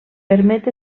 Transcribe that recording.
permet